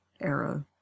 era